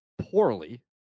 poorly